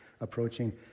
approaching